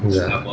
对啊